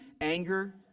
anger